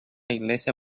iglesia